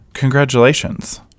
Congratulations